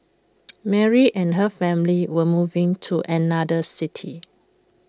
Mary and her family were moving to another city